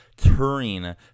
Turing